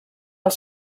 els